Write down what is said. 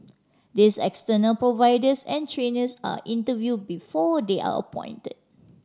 these external providers and trainers are interviewed before they are appointed